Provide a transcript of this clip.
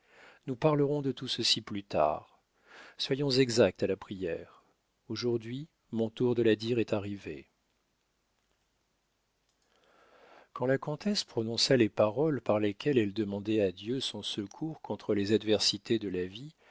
nous parlerons de tout ceci plus tard soyons exacts à la prière aujourd'hui mon tour de la dire est arrivé quand la comtesse prononça les paroles par lesquelles elle demandait à dieu son secours contre les adversités de la vie